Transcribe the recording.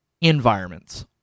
environments